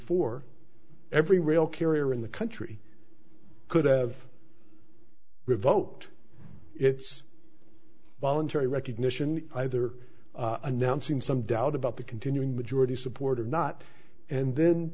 for every rail carrier in the country could have revoked its voluntary recognition either announcing some doubt about the continuing majority support or not and then